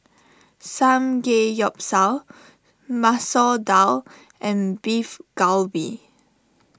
Samgeyopsal Masoor Dal and Beef Galbi